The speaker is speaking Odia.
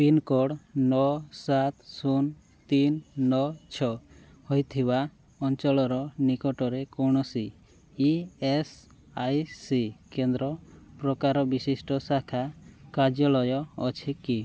ପିନ୍କୋଡ଼୍ ନଅ ସାତ ଶୂନ ତିନି ନଅ ଛଅ ହୋଇଥିବା ଅଞ୍ଚଳର ନିକଟରେ କୌଣସି ଇ ଏସ୍ ଆଇ ସି କେନ୍ଦ୍ର ପ୍ରକାର ବିଶିଷ୍ଟ ଶାଖା କାର୍ଯ୍ୟାଳୟ ଅଛି କି